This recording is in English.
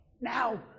now